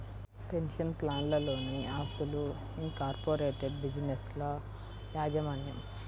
pension ప్లాన్లలోని ఆస్తులు, incorporated బిజినెస్ల యాజమాన్యం